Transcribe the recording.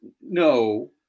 no